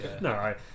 No